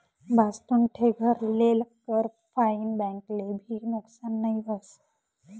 भाजतुन ठे घर लेल कर फाईन बैंक ले भी नुकसान नई व्हस